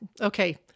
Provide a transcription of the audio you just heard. Okay